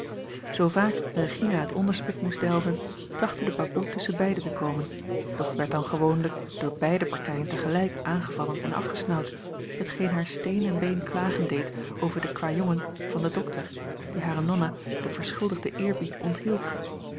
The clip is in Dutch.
zoo vaak regina het onderspit moest delven trachtte de baboe tusschen beide te komen doch werd dan gewoonlijk door beide partijen tegelijk aangevallen en afgesnauwd hetgeen haar steen en been klagen deed over den kwajongen van den dokter die hare nonna den verschuldigden eerbied onthield